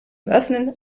öffnen